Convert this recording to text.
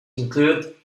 include